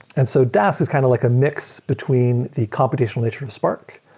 and so dask is kind of like a mix between the competition nature of spark,